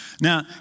Now